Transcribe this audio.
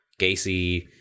gacy